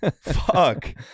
Fuck